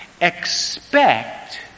Expect